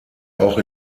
auch